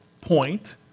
point